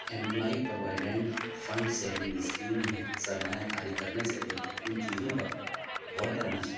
employee provident fund saving scheme میں سرمایہ کاری کرنے سے پہلے کن چیزوں پر غور کرنا چاہیے